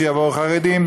שיבואו חרדים,